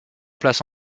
place